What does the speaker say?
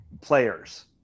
players